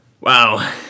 wow